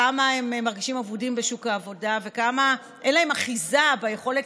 כמה הם מרגישים אבודים בשוק העבודה וכמה אין להם אחיזה ביכולת